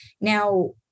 Now